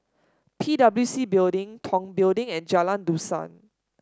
P W C Building Tong Building and Jalan Dusan